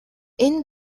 энэ